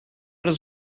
does